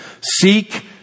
Seek